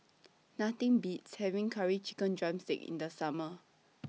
Nothing Beats having Curry Chicken Drumstick in The Summer